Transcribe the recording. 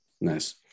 Nice